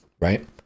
right